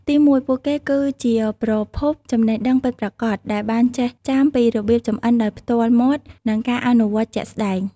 ទីមួយ ពួកគេគឺជា ប្រភពចំណេះដឹងពិតប្រាកដ ដែលបានចេះចាំពីរបៀបចម្អិនដោយផ្ទាល់មាត់និងការអនុវត្តន៍ជាក់ស្តែង។